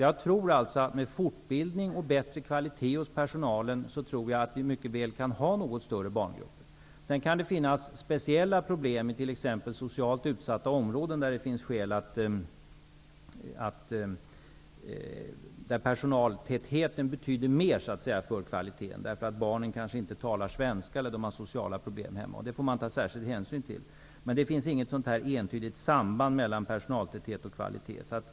Jag tror att man med fortbildning och med bättre kvalitet hos personalen mycket väl kan ha något större barngrupper. Sedan kan det finnas speciella problem i socialt utsatta områden, där personaltätheten har större betydelse för kvaliteten. Vissa barn talar kanske inte svenska medan andra barn kan ha sociala problem hemma, och sådant måste man ta hänsyn till. Men det finns inget entydigt samband mellan personaltäthet och kvalitet.